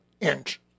inch